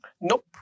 Nope